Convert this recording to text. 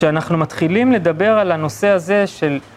כשאנחנו מתחילים לדבר על הנושא הזה של...